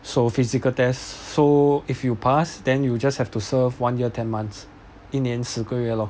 so physical test so if you pass then you will just have to serve one year ten months 一年十个月 lor